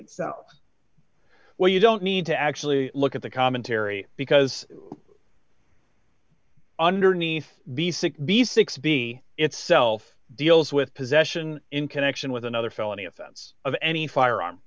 well you don't need to actually look at the commentary because underneath the sick bees six being itself deals with possession in connection with another felony offense of any firearm